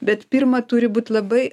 bet pirma turi būt labai